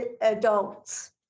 adults